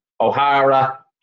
O'Hara